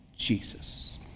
Jesus